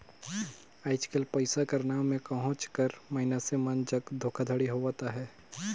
आएज काएल पइसा कर नांव में कहोंच कर मइनसे मन जग धोखाघड़ी होवत अहे